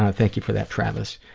ah thank you for that, travis.